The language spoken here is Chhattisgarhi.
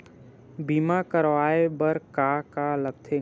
बीमा करवाय बर का का लगथे?